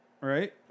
Right